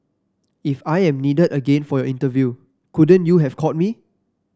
if I am needed again for your interview couldn't you have called me